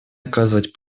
оказывать